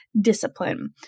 Discipline